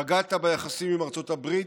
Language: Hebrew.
פגעת ביחסים עם ארצות הברית,